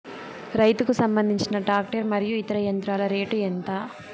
రైతుకు సంబంధించిన టాక్టర్ మరియు ఇతర యంత్రాల రేటు ఎంత?